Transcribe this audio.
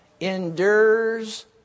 endures